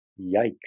Yikes